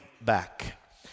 back